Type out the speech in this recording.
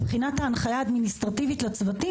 מבחינת ההנחיה האדמיניסטרטיבית לצוותים,